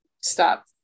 stop